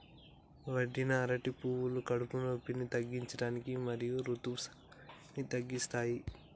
వండిన అరటి పువ్వులు కడుపు నొప్పిని తగ్గించడానికి మరియు ఋతుసావాన్ని తగ్గిస్తాయి